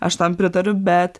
aš tam pritariu bet